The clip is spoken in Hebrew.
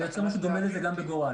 יצא משהו דומה לזה גם בגורל.